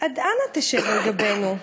עד אנה תשב על גבנו?